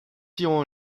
your